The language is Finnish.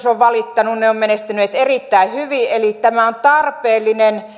on valittanut ne ovat menestyneet erittäin hyvin eli tämä on tarpeellinen